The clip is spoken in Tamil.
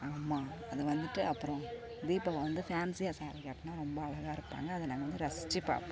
ஆமாம் அது வந்துவிட்டு அப்புறோம் தீபாவை வந்து ஃபேன்ஸியாக சேரீ கட்டினா ரொம்ப அழகாகருப்பாங்க அதை நாங்கள் வந்து ரசிச்சு பார்ப்போம்